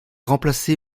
remplacé